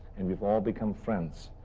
and we've all become friends,